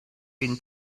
been